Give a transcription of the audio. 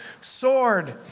sword